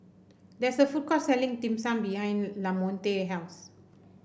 there is a food court selling Dim Sum behind Lamonte house